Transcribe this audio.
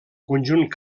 conjunt